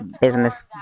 business